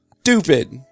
stupid